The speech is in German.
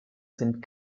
sind